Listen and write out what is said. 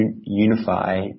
unify